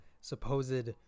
supposed